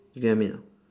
you get what I mean not